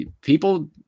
people